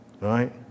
Right